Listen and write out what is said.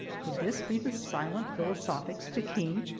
could this be the silent, philosophic stickeen?